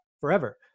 forever